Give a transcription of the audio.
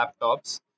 laptops